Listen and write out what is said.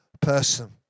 person